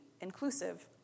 inclusive